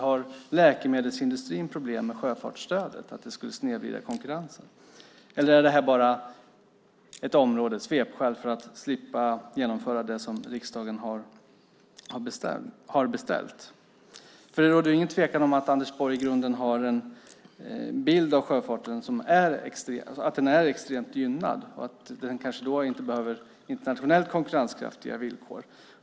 Har läkemedelsindustrin problem med sjöfartsstödet - att det skulle snedvrida konkurrensen? Eller är detta bara ett svepskäl för att slippa genomföra det som riksdagen har beställt? Det råder nämligen ingen tvekan om att Anders Borg i grunden har en bild av att sjöfarten är extremt gynnad och att den kanske inte behöver internationellt konkurrenskraftiga villkor.